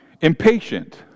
impatient